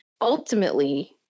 ultimately